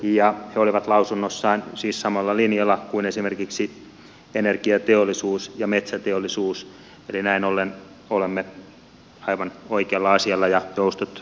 he olivat lausunnossaan siis samalla linjalla kuin esimerkiksi energiateollisuus ja metsäteollisuus eli näin ollen olemme aivan oikealla asialla ja rustot